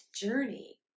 journey